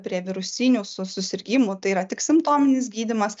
prie virusinių susirgimų tai yra tik simptominis gydymas